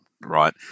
right